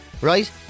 Right